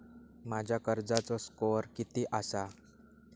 माझ्या कर्जाचो स्कोअर किती आसा?